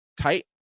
tight